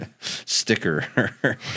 sticker